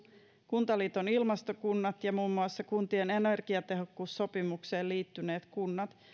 kuntaliiton ilmastokunnat ja muun muassa kuntien energiatehokkuussopimukseen liittyneet kunnat